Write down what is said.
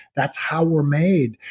that's how we're made.